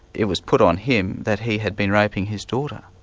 it was put on him that he had been raping his daughter.